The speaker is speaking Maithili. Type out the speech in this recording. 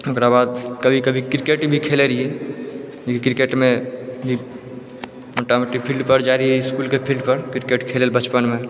ओकराबाद कभी कभी क्रिकेट भी खेलै रहियै जेकी क्रिकेट मे मोटा मोटी फील्ड पर जाइ रहियै इसकुलके फील्ड पर क्रिकेट खेलैले बचपन मे